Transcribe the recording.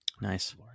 Nice